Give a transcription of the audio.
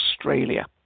Australia